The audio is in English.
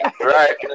Right